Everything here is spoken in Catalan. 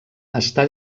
està